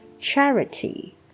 charity